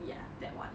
ya that [one]